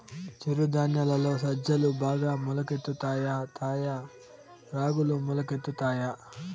చిరు ధాన్యాలలో సజ్జలు బాగా మొలకెత్తుతాయా తాయా రాగులు మొలకెత్తుతాయా